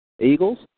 Eagles